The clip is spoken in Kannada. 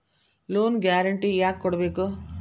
ಲೊನ್ ಗ್ಯಾರ್ಂಟಿ ಯಾಕ್ ಕೊಡ್ಬೇಕು?